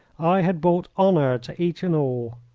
i had brought honour to each and all.